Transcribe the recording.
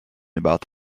about